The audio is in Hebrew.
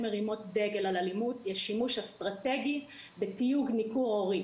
מרימות דגל על אלימות יש שימוש אסטרטגי בתיוג ניכור הורי.